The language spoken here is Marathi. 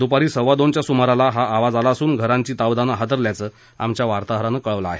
दूपारी सव्वा दोनच्या सुमाराला हा आवाज आला असून घरांची तावदानं हादरल्याचं आमच्या वार्ताहरानं कळवलं आहे